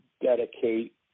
dedicate